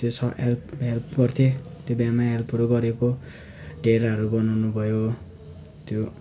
त्यसमा help help गर्थेँ त्यो बिहामा हेल्पहरू गरेको डेराहरू बनाउनु भयो त्यो